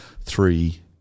three